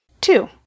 Two